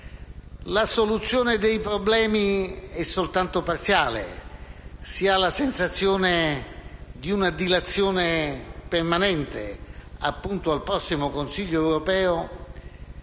la soluzione dei problemi è soltanto parziale e si ha la sensazione di una dilazione permanente, appunto al prossimo Consiglio europeo,